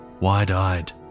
wide-eyed